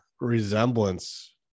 resemblance